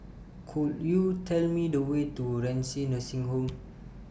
Could YOU Tell Me The Way to Renci Nursing Home